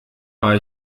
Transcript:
war